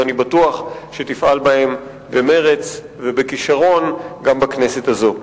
ואני בטוח שתפעל בהם במרץ ובכשרון גם בכנסת הזאת.